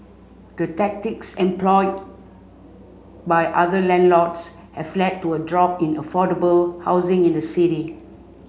the tactics employed by other landlords have led to a drop in affordable housing in the city